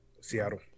Seattle